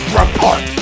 report